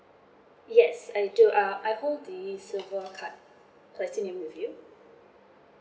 yes I do uh I hold the silver card platinum with you